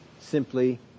simply